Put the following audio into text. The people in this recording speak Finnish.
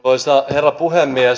arvoisa herra puhemies